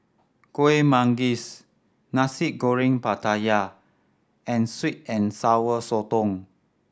Kuih Manggis Nasi Goreng Pattaya and sweet and Sour Sotong